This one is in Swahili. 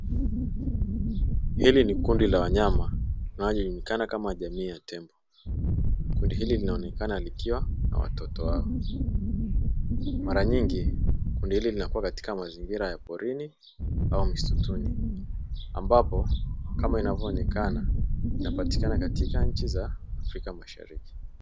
Hili ni kundi la wanyama linalo julikana kama jamii ya tembo, kundi hili linaonekana likiwa na watoto wao, mara nyingi kundi hili linakuwa mazingira ya porini au msituni ambapo kama inavyoonekana inapatikana katika nchi za afrika mashariki.